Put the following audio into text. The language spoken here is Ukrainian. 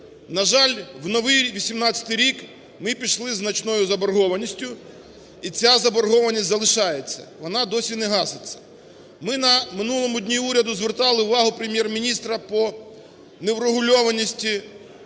На жаль, в новий 2018 рік ми пішли із значною заборгованістю, і ця заборгованість залишається, вона досі не гаситься. Ми на минулому дні уряду звертали увагу Прем'єр-міністра по неврегульованості